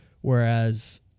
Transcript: Whereas